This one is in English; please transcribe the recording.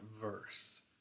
verse